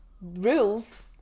rules